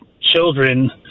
children